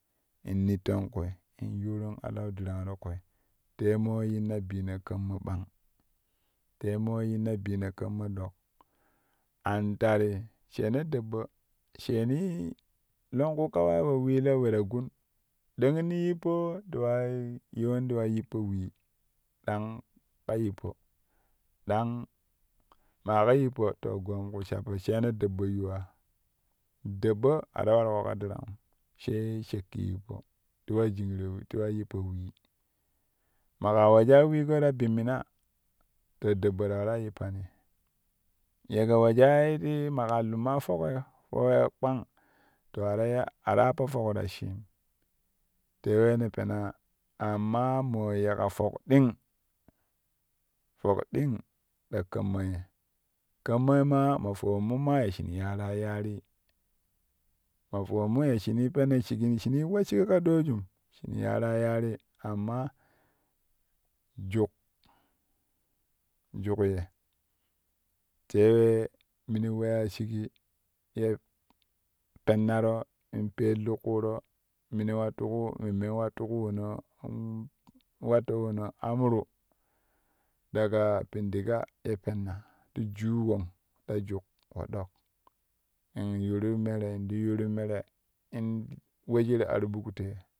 In nitton kwi in yuurin alau dirang ti kwi de mo yinna bino kaammaa bang tee mo yinna bino kaammaa dok an tat ti sheeno daɓɓ sheenii longku kawai we wilo we-ta-gun ɗaƙani yippo ti wa yiwin ta wa yippo wee dang ka yippo dang maa ka yippo to goom ku sha wesshina sheeno daɓɓo yuwa, daɓɓo a ta waruƙo ka danangum sai sakki yippo ti wa jingro ti wa yippo wee maƙa weja weeƙo ta bi mina to daɓɓo ta waaa yippani ye kɛ wejaa ti ye maƙa lumma foki po weeƙo kpang to a ta iya a ta appo foki ta shhim te we ne peenaa amma mo yeƙa fok ɗing foki ta shiim te we ne penaa amma mo yeƙa fok ɗing foki ding ta kaamma ye, kaamma maa ma fowommu maa ya shim yaarai yaari ma fowunmu ya shini peno shiji shinii wa shigi ka doojum shinii yaarai yaari amma juk, juk ye te mini weya shigi ye pennavo in peelu ƙuuro mina wa tuk won memmen wa tuki wono in watto wono amru daga pindiga ye penna ti zoo won ta juk wo dok in yuuru mere ti yuuru mere in wejuru ar ɓuk te.